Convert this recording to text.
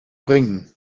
bringen